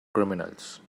criminals